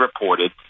reported